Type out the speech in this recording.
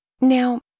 Now